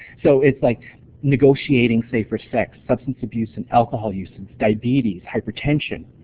so it's like negotiating safer sex, substance abuse, and alcohol use, and diabetes, hypertension.